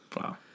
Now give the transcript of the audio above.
Wow